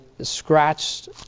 scratched